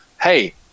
hey